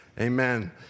Amen